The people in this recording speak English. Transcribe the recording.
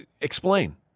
Explain